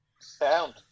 Sound